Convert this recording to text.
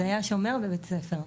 זה היה שומר בבית ספר.